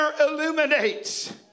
illuminates